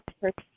first